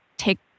Take